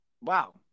wow